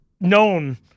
known